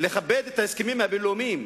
לכבד את ההסכמים הבין-לאומיים.